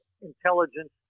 intelligence